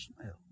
smell